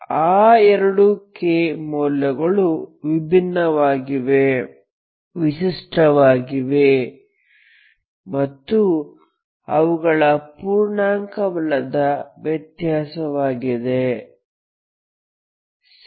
ಆ ಎರಡು k ಮೌಲ್ಯಗಳು ವಿಭಿನ್ನವಾಗಿವೆ ವಿಶಿಷ್ಟವಾಗಿವೆ ಮತ್ತು ಅವುಗಳ ಪೂರ್ಣಾಂಕವಲ್ಲದ ವ್ಯತ್ಯಾಸವಾಗಿದೆ ಸರಿ